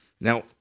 Now